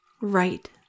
right